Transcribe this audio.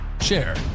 share